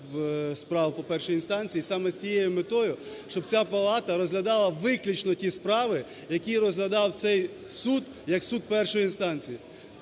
справ по першій інстанції саме з цією метою, щоб ця палата розглядала виключно ті справи, які розглядав цей суд як суд першої інстанції.